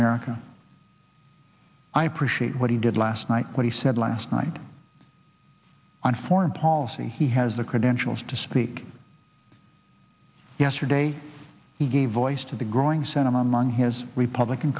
america i appreciate what he did last night but he said last night on foreign policy he has the credentials to speak yesterday he gave voice to the growing sentiment among his republican